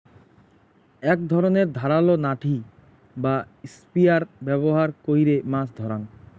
এক ধরণের ধারালো নাঠি বা স্পিয়ার ব্যবহার কইরে মাছ ধরাঙ